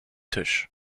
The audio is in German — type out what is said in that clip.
tisch